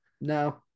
no